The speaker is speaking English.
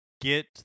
get